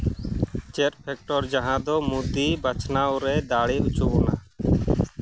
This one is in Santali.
ᱪᱮᱫ ᱯᱷᱮᱠᱴᱚᱨ ᱡᱟᱦᱟᱸ ᱫᱚ ᱢᱳᱫᱤ ᱵᱟᱪᱷᱱᱟᱣ ᱨᱮ ᱫᱟᱲᱮ ᱦᱚᱪᱚ ᱵᱚᱱᱟ